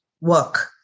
work